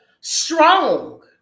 strong